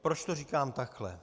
Proč to říkám takhle?